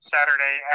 Saturday